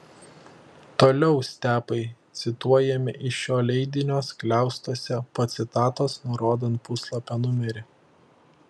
toliau stepai cituojami iš šio leidinio skliaustuose po citatos nurodant puslapio numerį